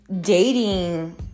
dating